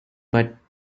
but